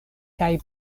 kaj